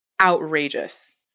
outrageous